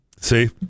See